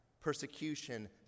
persecution